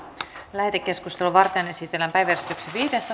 lähetekeskustelua varten esitellään päiväjärjestyksen viides